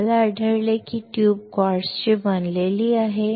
आम्हाला आढळले की ट्यूब क्वार्ट्जची बनलेली आहे